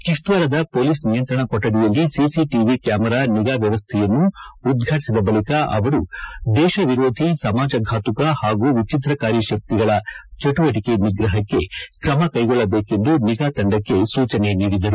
ಕಿಶ್ವಾರದ police ನಿಯಂತ್ರಣ ಕೊಠಡಿಯಲ್ಲಿ CC TV camera ನಿಗಾ ವ್ಯವಸ್ಥೆಯನ್ನು ಉದ್ಘಾಟಿಸಿದ ಬಳಿಕ ಅವರು ದೇಶ ವಿರೋಧಿ ಸಮಾಜಘಾತುಕ ಹಾಗೂ ವಿಚ್ಚಿದ್ರಕಾರಿ ಶಕ್ತಿಗಳ ಚಟುವಟಿಕೆ ನಿಗ್ರಹಕ್ಕೆ ಕ್ರಮ ಕೈಗೊಳ್ಳಬೇಕೆಂದು ನಿಗಾ ತಂಡಕ್ಕೆ ಸೂಚನೆ ನೀಡಿದರು